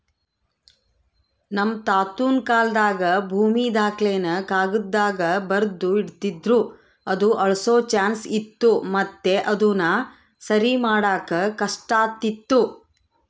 ನಮ್ ತಾತುನ ಕಾಲಾದಾಗ ಭೂಮಿ ದಾಖಲೆನ ಕಾಗದ್ದಾಗ ಬರ್ದು ಇಡ್ತಿದ್ರು ಅದು ಅಳ್ಸೋ ಚಾನ್ಸ್ ಇತ್ತು ಮತ್ತೆ ಅದುನ ಸರಿಮಾಡಾಕ ಕಷ್ಟಾತಿತ್ತು